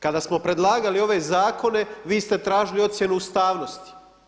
Kada smo predlagali ove zakone vi ste tražili ocjenu ustavnosti.